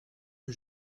que